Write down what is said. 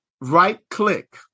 right-click